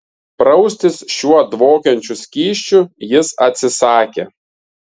praustis šiuo dvokiančiu skysčiu jis atsisakė